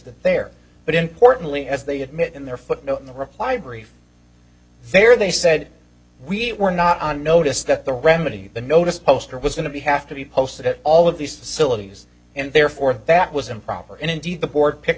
there but importantly as they admit in their footnote in the reply brief there they said we were not on notice that the remedy the notice poster was going to be have to be posted at all of these facilities and therefore that was improper and indeed the board pick